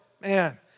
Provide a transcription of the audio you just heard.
man